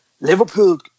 Liverpool